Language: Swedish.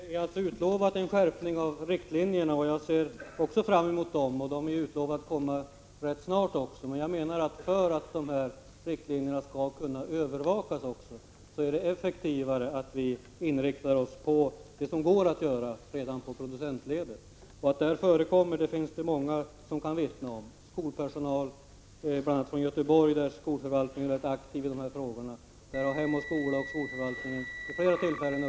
Fru talman! Det har alltså utlovats en skärpning av riktlinjerna, och jag ser fram emot denna. Skärpningen kommer också rätt snart. För att riktlinjerna skall kunna övervakas blir det emellertid effektivare, om vi inriktar oss på vad som går att göra redan i producentledet. I Göteborg är skolförvaltningen mycket aktiv i dessa frågor, och där har Hem och skola och skolförvaltningen vid flera tillfällen upptäckt att gråtisutdelning förekommer.